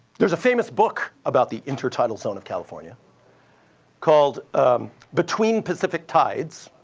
there's a famous book about the intertidal zone of california called between pacific tides.